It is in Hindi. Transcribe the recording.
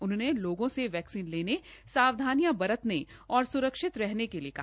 उन्होंने लोगों से वैक्सीन लेने सावधानियां बरतने और स्रक्षित रहने के लिए कहा